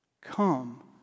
come